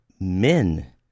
men